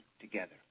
together